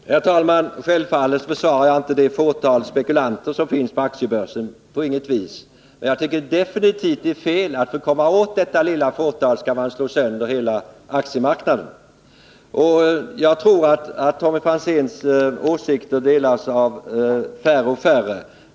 Herr talman! Självfallet försvarar jag på intet vis det fåtal spekulanter som finns på aktiebörsen. Men jag tycker definitivt att det är fel att slå sönder hela aktiemarknaden bara för att komma åt detta lilla fåtal. Jag tror att Tommy Franzéns åsikter delas av allt färre.